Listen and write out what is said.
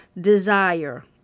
desire